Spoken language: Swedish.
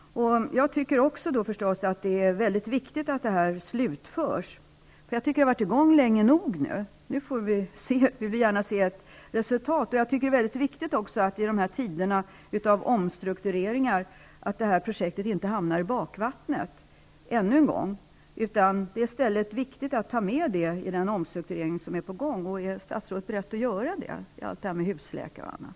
Jag tycker förstås att det är mycket viktigt att projektet slutförs. Jag tycker att det nu har pågått länge nog, och vi vill gärna se ett resultat. Det är viktigt att projektet i dessa tider av omstruktureringar inte hamnar i bakvattnet ännu en gång. Det är viktigt att ha detta med i den omstrukturering som är på gång. Är statsrådet beredd att verka för det?